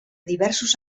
diversos